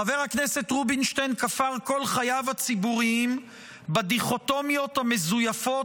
חבר הכנסת רובינשטיין כפר כל חייו הציבוריים בדיכוטומיות המזויפות